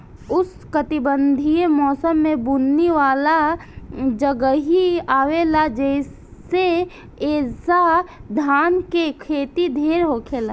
उष्णकटिबंधीय मौसम में बुनी वाला जगहे आवेला जइसे ऐजा धान के खेती ढेर होखेला